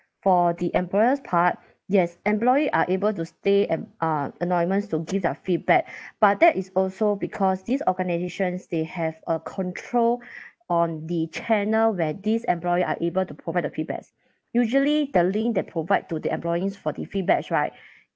for the employers' part yes employee are able to stay and uh anonymous to give their feedback but that is also because these organisations they have a control on the channel where these employee able to provide the feedbacks usually the link that provide to the employees for the feedbacks right